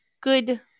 good